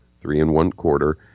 three-and-one-quarter